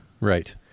Right